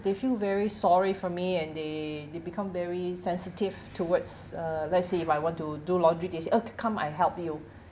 they feel very sorry for me and they they become very sensitive towards uh let's say if I want to do laundry they say oh come I help you